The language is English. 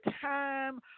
time